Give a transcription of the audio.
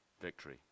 Victory